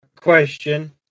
question